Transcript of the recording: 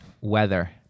Weather